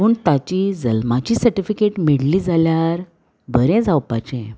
पूण ताची जल्माची सर्टिफिकेट मेळ्ळी जाल्यार बरें जावपाचें